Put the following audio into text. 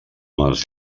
els